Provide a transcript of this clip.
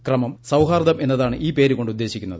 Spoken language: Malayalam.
ക്രമം സൌഹാർദ്ദം എന്നതാണ് ഈ പേരുകൊണ്ട് ഉദ്ദേശിക്കുന്നത്